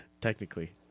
technically